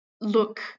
look